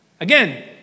Again